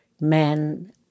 Men